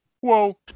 Whoa